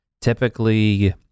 typically